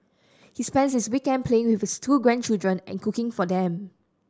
he spends his weekend playing with his two grandchildren and cooking for them